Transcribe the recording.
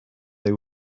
they